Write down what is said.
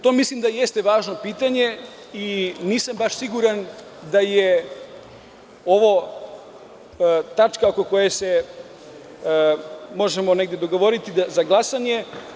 To mislim da jeste važno pitanje i nisam baš siguran da je ovo tačka o kojoj se možemo negde dogovoriti za glasanje.